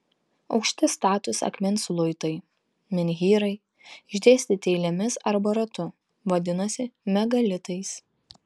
aukšti statūs akmens luitai menhyrai išdėstyti eilėmis arba ratu vadinosi megalitais